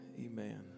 Amen